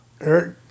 Eric